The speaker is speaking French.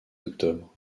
octobre